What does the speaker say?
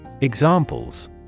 Examples